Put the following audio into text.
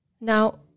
Now